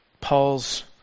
Paul's